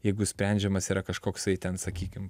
jeigu sprendžiamas yra kažkoksai ten sakykim